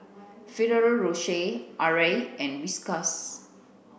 Ferrero Rocher Arai and Whiskas